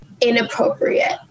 inappropriate